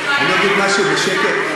אני אגיד משהו בשקט?